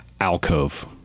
alcove